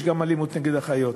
יש אלימות גם נגד אחיות.